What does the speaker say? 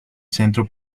centro